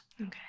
Okay